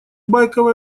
байковое